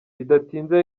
bidatinze